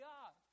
God